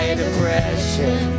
depression